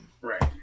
Right